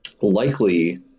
likely